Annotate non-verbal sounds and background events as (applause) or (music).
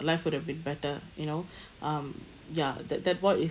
life would have been better you know (breath) um ya that that void is